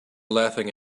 laughing